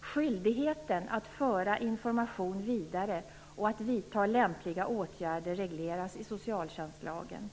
Skyldigheten att föra information vidare och att vidta lämpliga åtgärder regleras i socialtjänstlagen.